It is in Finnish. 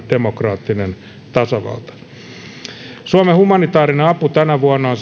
demokraattinen tasavalta suomen humanitaarinen apu tänä vuonna on